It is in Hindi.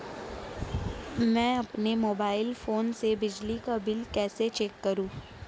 मैं अपने मोबाइल फोन से बिजली का बिल कैसे चेक करूं?